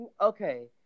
okay